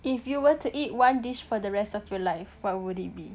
if you were to eat one dish for the rest of your life what would it be